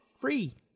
free